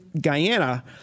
Guyana